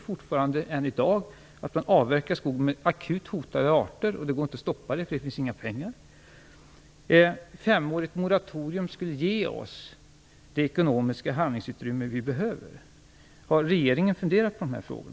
Fortfarande, än i dag, avverkar man ju skog med akut hotade arter, och det går inte att stoppa detta, eftersom det inte finns några pengar. Ett femårigt moratorium skulle ge oss det ekonomiska handlingsutrymme som vi behöver. Har regeringen funderat på dessa frågor?